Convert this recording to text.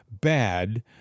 bad